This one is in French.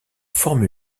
forme